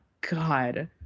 god